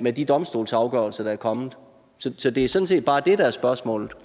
med de domstolsafgørelser, der er kommet. Så det er sådan set bare det, der er spørgsmålet.